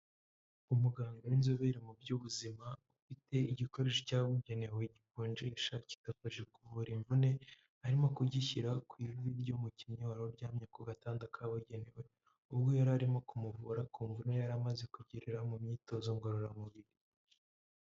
Umuganga w'inzobere mu by'ubuzima ufite igikoresho cyabugenewe gikonjesha kigafasha kuvura imvune arimo kugishyira ku ivi ry'umukinnyi wari uryamye ku gatanda kabugenewe, ubwo yari arimo kumuvura ku mvune yari amaze kugirira mu myitozo ngororamubiri.